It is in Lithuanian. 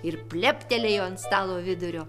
ir pleptelėjo ant stalo vidurio